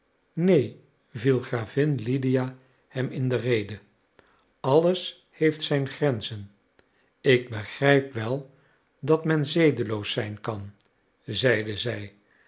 neen viel gravin lydia hem in de rede alles heeft zijn grenzen ik begrijp wel dat men zedeloos zijn kan zeide zij